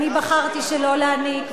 אני בחרתי שלא להיניק,